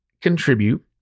contribute